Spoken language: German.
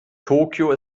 tokio